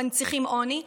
מנציחים עוני,